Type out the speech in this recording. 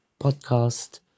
podcast